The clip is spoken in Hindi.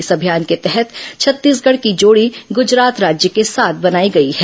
इस अभियान के तहत छत्तीसगढ़ की जोड़ी ग्रजरात राज्य के साथ बनाई गई है